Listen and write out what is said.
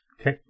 Okay